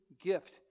gift